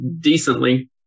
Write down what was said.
decently